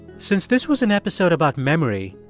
since this was an episode about memory,